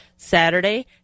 Saturday